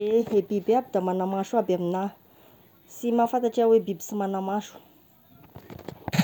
Ehe biby aby da magnamaso aby amiangnahy, si maghafantatra ahy biby sy magnamaso.